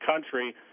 country